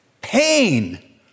Pain